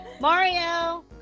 Mario